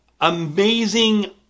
amazing